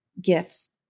gifts